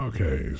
Okay